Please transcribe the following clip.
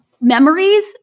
memories